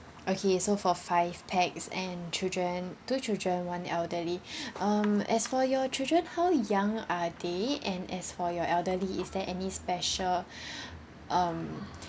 okay so for five pax and children two children one elderly um as for your children how young are they and as for your elderly is there any special um